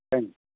thank you